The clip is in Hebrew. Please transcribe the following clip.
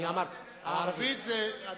אני